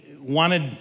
wanted